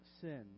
sin